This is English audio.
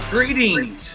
Greetings